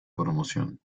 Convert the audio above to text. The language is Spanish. promoción